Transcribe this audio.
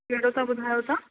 कहिड़ो था ॿुधायो तव्हां